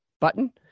button